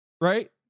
Right